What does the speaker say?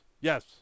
Yes